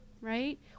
right